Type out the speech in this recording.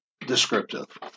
descriptive